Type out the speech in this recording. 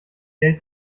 geld